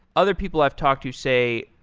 other people i have talked to say,